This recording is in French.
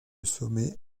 sommet